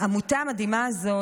העמותה המדהימה הזאת,